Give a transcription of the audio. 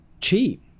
Cheap